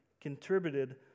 contributed